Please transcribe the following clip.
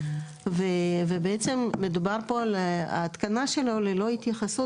ובעצם מדובר פה על ההתקנה שלו ללא התייחסות